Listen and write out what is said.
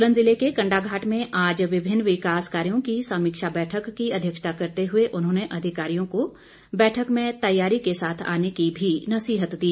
सोलन ज़िले के कंडाघाट में आज विभिन्न विकास कार्यों की समीक्षा बैठक की अध्यक्षता करते हुए उन्होंने अधिकारियों को बैठक में तैयारी के साथ आने की भी नसीहत दी